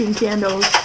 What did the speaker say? candles